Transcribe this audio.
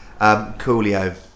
Coolio